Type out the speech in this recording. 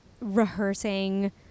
rehearsing